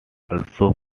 also